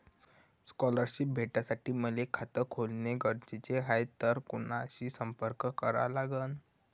Scholarship भेटासाठी मले खात खोलने गरजेचे हाय तर कुणाशी संपर्क करा लागन?